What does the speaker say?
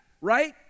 right